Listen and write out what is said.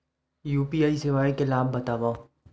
UPI सेवाएं के लाभ बतावव?